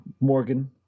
Morgan